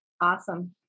Awesome